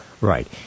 Right